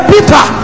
Peter